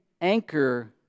anchor